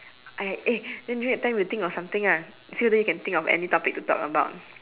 !aiya! eh then during that time we think of something ah see whether you can think of any topic to talk about